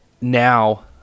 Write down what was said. now